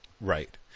Right